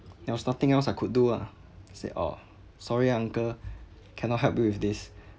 there was nothing else I could do ah I say oh sorry ah uncle cannot help you with this